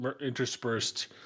interspersed